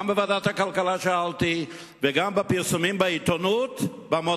גם בוועדת הכלכלה שאלתי וגם בפרסומים במודעות